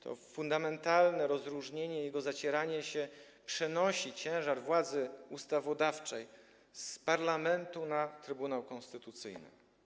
To fundamentalne rozróżnienie, jego zacieranie się przenosi ciężar władzy ustawodawczej z parlamentu na Trybunał Konstytucyjny.